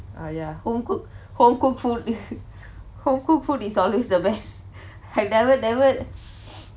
ah ya home-cooked home-cooked food home-cooked food is always the best I never never